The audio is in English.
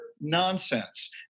nonsense